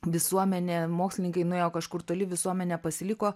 visuomenė mokslininkai nuėjo kažkur toli visuomenė pasiliko